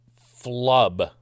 flub